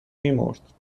میمرد